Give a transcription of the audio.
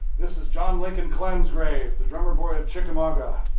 this is john lincoln clem's grave, the drummer boy at chickamauga.